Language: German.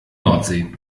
nordsee